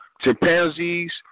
chimpanzees